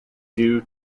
due